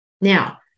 Now